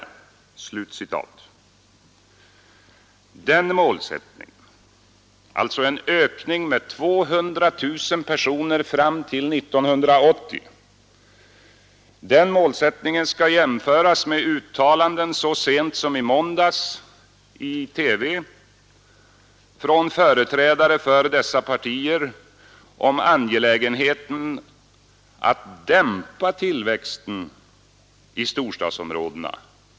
Den målsättningen — alltså en ökning med 200 000 personer fram till 1980 — skall jämföras med uttalanden så sent som i måndags i TV från företrädare för dessa partier om angelägenheten att dämpa tillväxten i storstadsområdena.